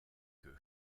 eux